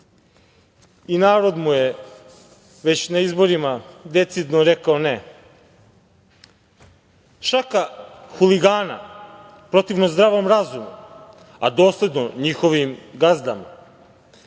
i narod mu je već na izborima decidno rekao – ne. Šaka huligana, protivno zdravom razumu, a dosledno njihovim gazdama